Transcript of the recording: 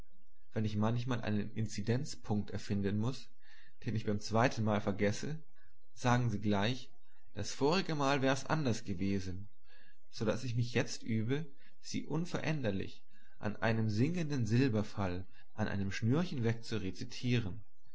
weil ich manchmal einen inzidentpunkt erfinden muß den ich beim zweitenmal vergesse sagen sie gleich das vorigemal wär es anders gewesen so daß ich mich jetzt übe sie unveränderlich in einem singenden silbenfall an einem schnürchen